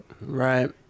right